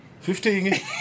Fifty